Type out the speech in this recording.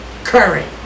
Curry